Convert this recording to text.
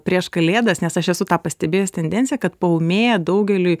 prieš kalėdas nes aš esu tą pastebėjus tendenciją kad paūmėja daugeliui